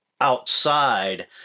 outside